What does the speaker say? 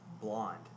blonde